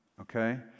okay